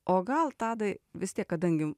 o gal tadai vis tiek kadangi